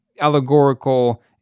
allegorical